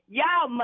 y'all